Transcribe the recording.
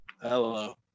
Hello